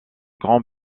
grand